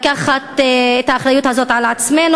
לקחת את האחריות הזאת על עצמנו.